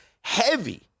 Heavy